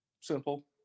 Simple